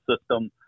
System